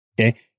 Okay